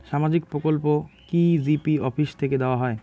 সামাজিক প্রকল্প কি জি.পি অফিস থেকে দেওয়া হয়?